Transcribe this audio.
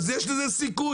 אז יש לזה סיכוי.